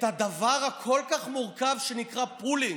את הדבר הכל-כך מורכב שנקרא pooling.